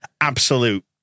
Absolute